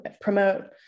promote